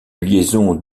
liaison